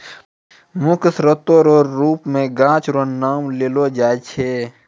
मुख्य स्रोत रो रुप मे गाछ रो नाम लेलो जाय छै